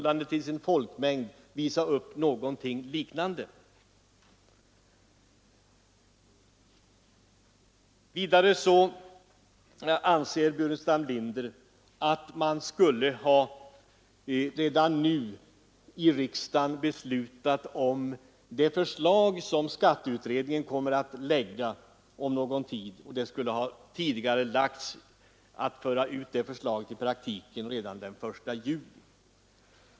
Vilket annat land kan visa upp någonting liknande i förhållande till sin folkmängd? Vidare anser herr Burenstam Linder att riksdagen redan nu skulle ha beslutat om det förslag som skatteutredningen om någon tid kommer att framlägga; förslaget skulle ha tidigarelagts och förts ut i praktiken redan den 1 juli.